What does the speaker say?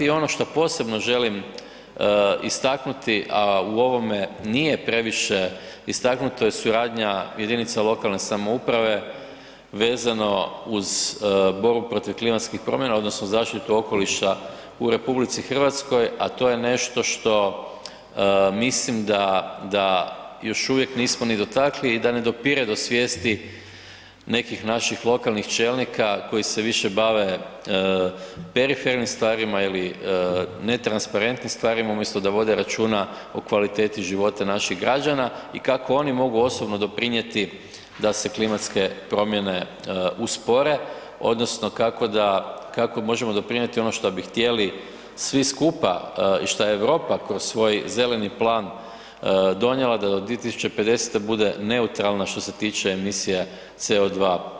I ono šta posebno želim istaknuti, a u ovome nije previše istaknuto je suradnja jedinica lokalne samouprave vezano uz borbu protiv klimatskih promjena odnosno zaštitu okoliša u RH, a to je nešto što mislim da, da još uvijek nismo ni dotakli i da ne dopire do svijesti nekih naših lokalnih čelnika koji se više bave perifernim stvarima ili netransparentnim stvarima umjesto da vode računa o kvaliteti života naših građana i kako oni mogu osobno doprinjeti da se klimatske promjene uspore odnosno kako da, kako možemo doprinjeti ono šta bi htjeli svi skupa i šta je Europa kroz svoj Zeleni plan donijela da do 2050. bude neutralna što se tiče emisija CO2.